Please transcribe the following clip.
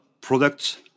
products